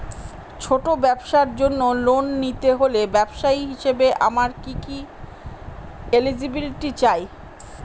ছোট ব্যবসার জন্য লোন নিতে হলে ব্যবসায়ী হিসেবে আমার কি কি এলিজিবিলিটি চাই?